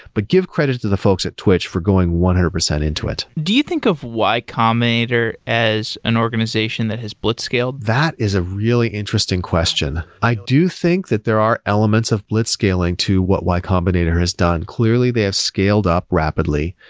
but give credit to the folks at twitch for going one hundred percent into it. do you think of y combinator as an organization that has blitz scaled? that is a really interesting question. i do think that there are elements of blitzscaling to what y combinator has done. clearly, they have scaled up rapidly.